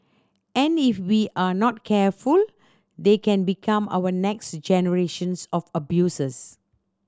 and if we are not careful they can become our next generations of abusers